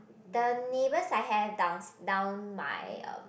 the neighbours I have downs~ down my um